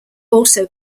also